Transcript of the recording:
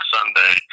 Sunday